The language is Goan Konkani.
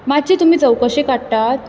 मातशी तुमी चवकशी काडटात